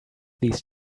these